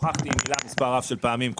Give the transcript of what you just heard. שוחחתי עם הילה מספר רב של פעמים,